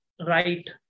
right